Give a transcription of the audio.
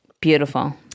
Beautiful